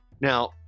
Now